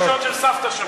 יועץ התקשורת, של סבתא שלך.